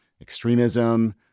extremism